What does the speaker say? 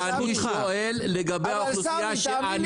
זכותך --- אני שואל לגבי האוכלוסייה שאני מייצג.